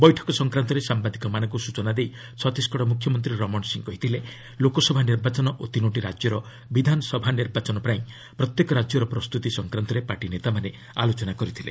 ବୈଠକ ସଂକ୍ରାନ୍ତରେ ସାମ୍ବାଦିକମାନଙ୍କୁ ସୂଚନା ଦେଇ ଛତିଶଗଡ଼ ମୁଖ୍ୟମନ୍ତ୍ରୀ ରମଣ ସିଂ କହିଥିଲେ ଲୋକସଭା ନିର୍ବାଚନ ଓ ତିନୋଟି ରାଜ୍ୟର ବିଧାନସଭା ନିର୍ବାଚନ ପାଇଁ ପ୍ରତ୍ୟେକ ରାଜ୍ୟର ପ୍ରସ୍ତୁତି ସଂକ୍ରାନ୍ତରେ ପାର୍ଟି ନେତାମାନେ ଆଲୋଚନା କରିଥିଲେ